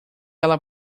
ela